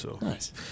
Nice